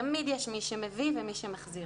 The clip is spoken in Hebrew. תמיד יש מי שמביא ומי שמחזיר.